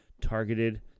targeted